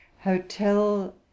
Hotel